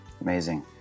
Amazing